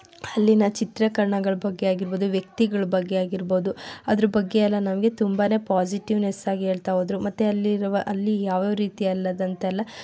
ಅಲ್ಲಿನ ಚಿತ್ರೀಕರಣಗಳ ಬಗ್ಗೆ ಆಗಿರ್ಬೋದು ವ್ಯಕ್ತಿಗಳ ಬಗ್ಗೆ ಆಗಿರ್ಬೋದು ಅದರ ಬಗ್ಗೆ ಎಲ್ಲ ನಮಗೆ ತುಂಬಾ ಪಾಸಿಟಿವ್ನೆಸ್ ಆಗಿ ಹೇಳ್ತಾಹೋದರು ಮತ್ತೆ ಅಲ್ಲಿರುವ ಅಲ್ಲಿ ಯಾವ್ಯಾವ ರೀತಿ ಅಲ್ಲದಂತೆಲ್ಲ